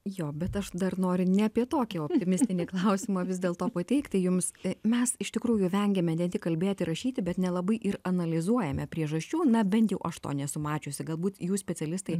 jo bet aš dar nori ne apie tokį optimistinį klausimą vis dėl to pateikti jums mes iš tikrųjų vengiame ne tik kalbėti rašyti bet nelabai ir analizuojame priežasčių na bent jau aš to nesu mačiusi galbūt jūs specialistai